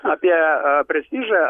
apie prestižą